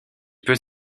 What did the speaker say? peut